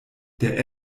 der